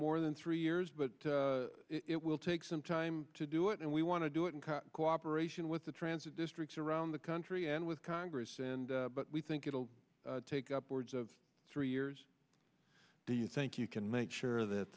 more than three years but it will take some time to do it and we want to do it in cooperation with the transit districts around the country and with congress and we think it'll take upwards of three years do you think you can make sure that